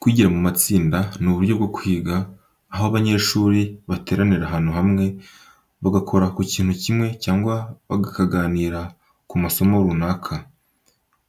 Kwigira mu matsinda ni uburyo bwo kwiga, aho abanyeshuri bateranira ahantu hamwe bagakora ku kintu kimwe cyangwa bakaganira ku masomo runaka.